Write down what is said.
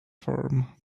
form